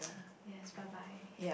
yes bye bye